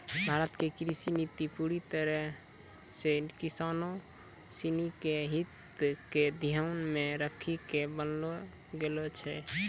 भारत के कृषि नीति पूरी तरह सॅ किसानों सिनि के हित क ध्यान मॅ रखी क बनैलो गेलो छै